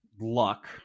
luck